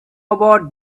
about